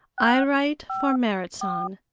i write for merrit san,